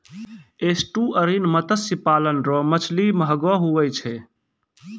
estuarine मत्स्य पालन रो मछली महगो हुवै छै